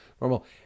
normal